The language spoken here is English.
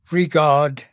regard